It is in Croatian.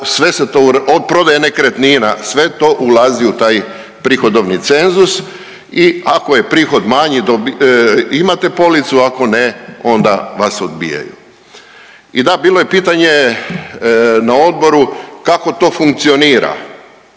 sve se to od prodaje nekretnina sve to ulazi u taj prihodovni cenzus i ako je prihod manji imate policu, ako ne onda vas odbijaju. I da bilo je pitanje na odboru kako to funkcionira,